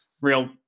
real